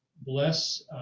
Bless